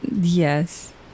Yes